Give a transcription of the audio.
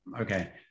okay